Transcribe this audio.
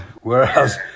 Whereas